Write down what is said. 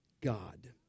God